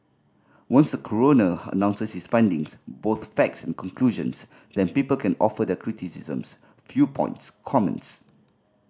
once coroner announces his findings both facts and conclusions then people can offer their criticisms viewpoints comments